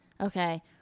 Okay